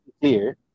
clear